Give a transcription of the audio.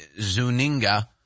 Zuninga